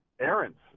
errands